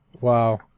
Wow